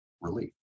relief